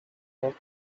was